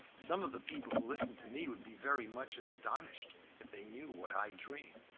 some of the people who listen to me would be very much astonished if they knew what i dream.